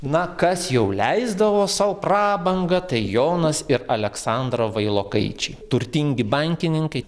na kas jau leisdavo sau prabangą tai jonas ir aleksandra vailokaičiai turtingi bankininkai